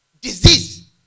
disease